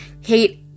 hate